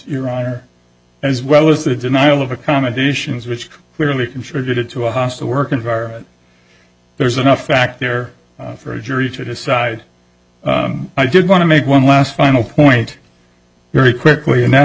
honor as well as the denial of accommodations which clearly contributed to a hostile work environment there's enough fact there for a jury to decide i did want to make one last final point very quickly and that